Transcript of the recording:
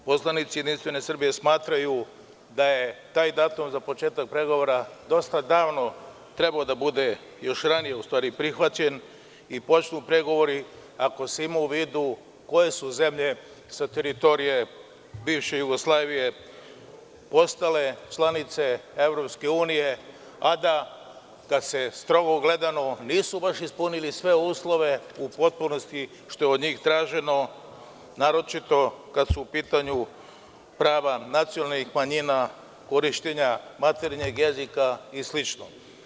PoslaniciJS smatraju da je taj datum za početak pregovora dosta davno trebao da bude, još ranije, prihvaćen i počnu pregovori, ako se ima u vidu koje su zemlje sa teritorije bivše Jugoslavije postale članice EU, a da, strogo gledano, nisu baš ispunili sve uslove u potpunosti, što je od njih traženo, a kad su u pitanju prava nacionalnih manjina, korišćenja maternjeg jezika i slično.